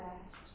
best